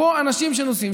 פה אנשים שנוסעים,